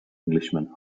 englishman